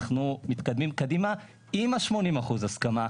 אנחנו מתקדמים קדימה עם ה-80% הסכמה,